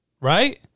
Right